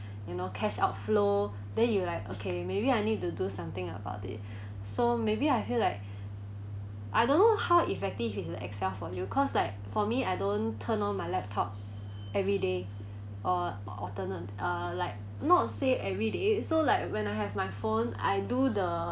you know cash outflow then you like okay maybe I need to do something about it so maybe I feel like I don't know how effective is the Excel for you cause like for me I don't turn on my laptop every day or alternate uh like not say every day so like when I have my phone I do the